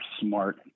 smart